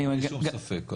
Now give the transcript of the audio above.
אין לי שום ספק.